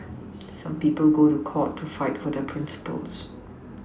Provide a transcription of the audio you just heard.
some people go to court to fight for their Principles